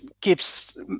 keeps